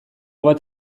bat